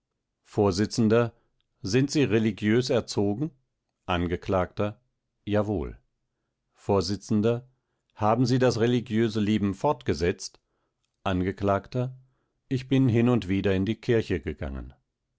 vors sind sie religiös erzogen angekl jawohl vors haben sie das religiöse leben fortgesetzt angekl ich bin hin und wieder in die kirche gegangen